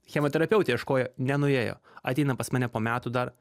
chemoterapeutė ieškojo nenuėjo ateina pas mane po metų dar